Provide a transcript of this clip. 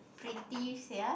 pretty sia